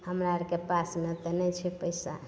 हमरा आरके पासमे तऽ नहि छै पैसा